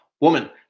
Woman